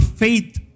faith